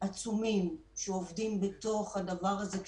עצומים שעובדים בתוך הדבר הזה,